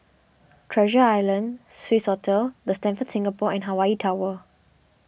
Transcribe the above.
Treasure Island Swissotel the Stamford Singapore and Hawaii Tower